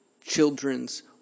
children's